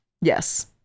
Yes